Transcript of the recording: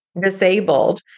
disabled